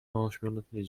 ośmioletniej